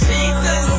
Jesus